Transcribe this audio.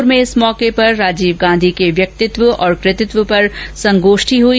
भरतपुर में इस मौके पर राजीव गांधी के व्यक्तित्व और कृतित्व पर संगोष्ठी हुई